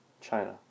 China